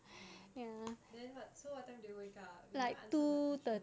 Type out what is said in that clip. ya then so what time did you wake up you never answer my question